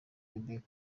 quebec